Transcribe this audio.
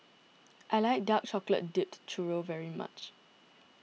I like Dark Chocolate Dipped Churro very much